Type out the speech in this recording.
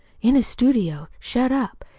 in his studio shut up.